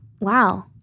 wow